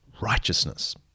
righteousness